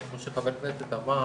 איפה שחבר כנסת אמר